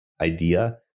idea